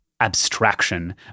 abstraction